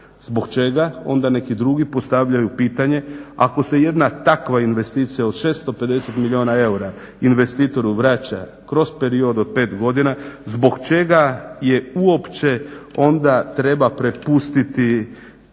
Zbog čega onda neki drugi postavljaju pitanje, ako se jedna takva investicija od 650 milijuna eura investitoru vraća kroz period od 5 godina, zbog čega je uopće onda treba prepustiti domaćim